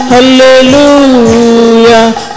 Hallelujah